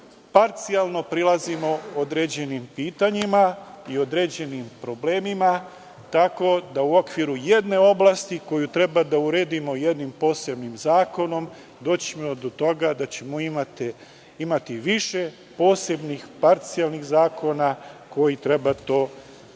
parcijalno prilazimo određenim pitanjima i određenim problemima. U okviru jedne oblasti koju treba da uredimo jednim posebnim zakonom, doći ćemo do toga da ćemo imati više posebnih, parcijalnih zakona koji treba to da